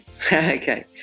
Okay